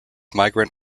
migrant